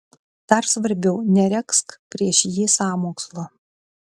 dar svarbiau neregzk prieš jį sąmokslo